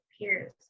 peers